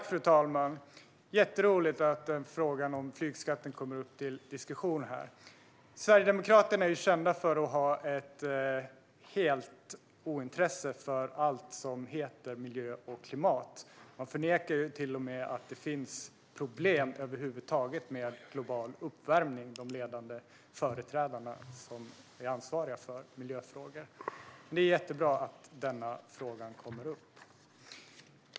Fru talman! Det är jätteroligt att frågan om flygskatten kommer upp till diskussion här. Sverigedemokraterna är ju kända för att ha ett totalt ointresse för allt som heter miljö och klimat. De ledande företrädarna som är ansvariga för miljöfrågor förnekar till och med att det finns problem över huvud taget med global uppvärmning. Det är jättebra att denna fråga kommer upp.